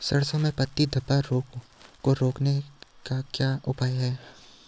सरसों में पत्ती धब्बा रोग को रोकने का क्या उपाय है?